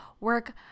work